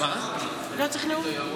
אתה לא צריך נאום?